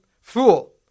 Fool